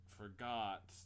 forgot